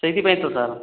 ସେଇଥିପାଇଁ ତ ସାର୍